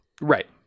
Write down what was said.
Right